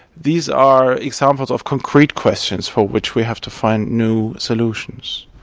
these are examples of concrete questions for which we have to find new solutions.